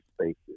spaces